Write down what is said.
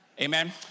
Amen